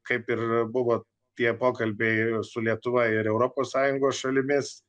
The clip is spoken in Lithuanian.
kaip ir buvo tie pokalbiai su lietuva ir europos sąjungos šalimis